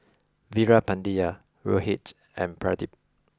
Veerapandiya Rohit and Pradip